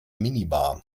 minibar